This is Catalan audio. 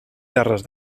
terres